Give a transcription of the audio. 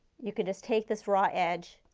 you can just take this raw edge,